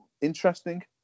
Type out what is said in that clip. interesting